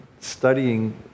studying